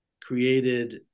created